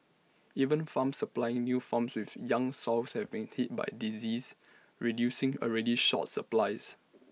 even farms supplying new farms with young sows have been hit by disease reducing already short supplies